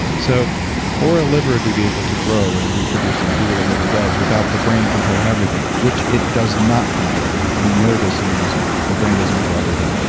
and so for a liver to be able to grow and reproduce, and do what a liver does without the brain controlling everything, which it does not control. we we know this in neuroscience. the brain doesn't control everything.